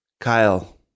Kyle